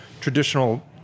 traditional